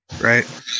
right